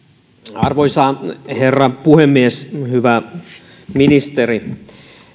arvoisa herra puhemies hyvä ministeri